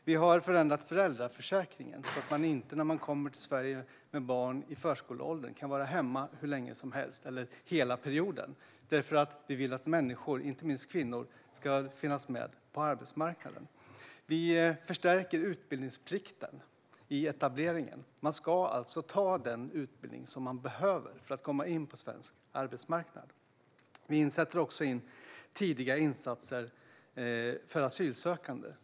Vi har förändrat föräldraförsäkringen så att man inte när man kommer till Sverige med barn i förskoleåldern kan vara hemma hur länge som helst eller hela perioden. Detta därför att vi vill att människor, inte minst kvinnor, ska finnas med på arbetsmarknaden. Vi förstärker utbildningsplikten i etableringen. Man ska alltså ta den utbildning som man behöver för att komma in på svensk arbetsmarknad. Vi sätter också in tidiga insatser för asylsökande.